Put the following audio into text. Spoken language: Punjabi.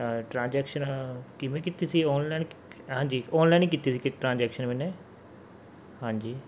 ਟਰਾਂਜੈਕਸ਼ਨ ਕਿਵੇਂ ਕੀਤੀ ਸੀ ਔਨਲਾਈਨ ਹਾਂਜੀ ਔਨਲਾਈਨ ਕੀਤੀ ਸੀ ਕ ਟ੍ਰਾਂਜੈਕਸ਼ਨ ਮੈਨੇ ਹਾਂਜੀ